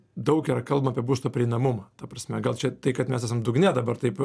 daug yra kalbama apie būsto prieinamumą ta prasme gal čia tai kad mes esame dugne dabar taip